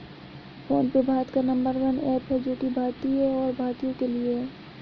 phone पे भारत का number one app है जो की भारतीय है और भारतीयों के लिए है